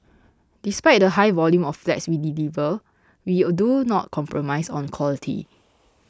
despite the high volume of flats we delivered we do not compromise on quality